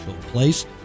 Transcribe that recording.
place